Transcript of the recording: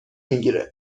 میگیره